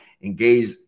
engage